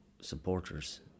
supporters